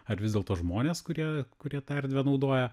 ar vis dėlto žmonės kurie kurie tą erdvę naudoja